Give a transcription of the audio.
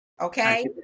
Okay